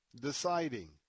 deciding